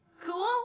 Cool